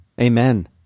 Amen